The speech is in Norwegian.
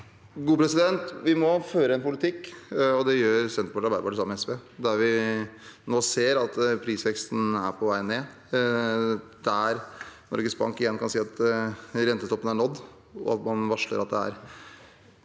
Vi må føre en politikk, og det gjør Senterpartiet og Arbeiderpartiet sammen med SV, der vi nå ser at prisveksten er på vei ned, der Norges Bank igjen kan si at rentetoppen er nådd, og man varsler at det er